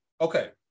Okay